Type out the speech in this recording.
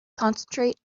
concentrate